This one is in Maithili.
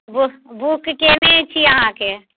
बू बुक कयने छी अहाँकेँ